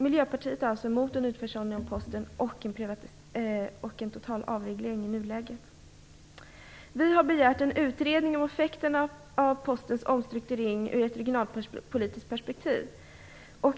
Miljöpartiet är alltså emot en utförsäljning av Posten och en total avreglering i nuläget. Vi har begärt en utredning om effekterna av Postens omstrukturering ur ett regionalpolitiskt perspektiv.